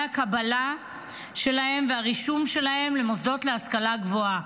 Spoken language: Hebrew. הקבלה והרישום שלהם למוסדות להשכלה גבוהה.